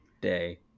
day